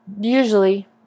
Usually